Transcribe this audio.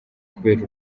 kubera